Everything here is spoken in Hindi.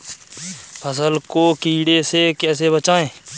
फसल को कीड़े से कैसे बचाएँ?